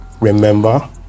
remember